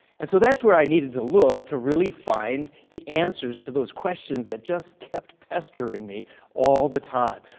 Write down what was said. and so that's where i needed to look to really find the answers to those questions that just kept pestering me all the time.